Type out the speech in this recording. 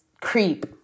creep